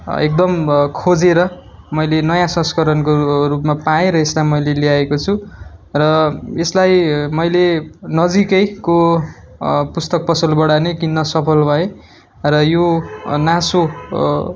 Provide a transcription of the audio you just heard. एकदम खोजेर मैले नयाँ संस्करणको रूपमा पाएँ र यसलाई मैले ल्याएको छु र यसलाई मैले नजिकैको पुस्तक पसलबाट नै किन्न सफल भएँ र यो नासो